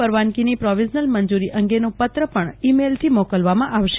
પરવાનગી ની પ્રોવિઝનલ મંજુરી અંગેનો પત્ર ઈ મેઈલથી મોકલવામાં આવશે